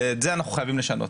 ואת זה אנחנו חייבים לשנות.